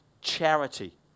charity